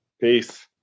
peace